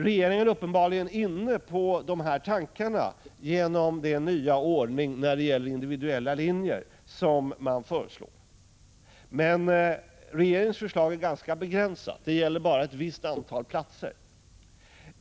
Regeringen är uppenbarligen inne på dessa tankegångar genom den nya ordning om individuella linjer som man föreslår. Men regeringens förslag är ganska begränsat. Det gäller bara ett visst antal platser.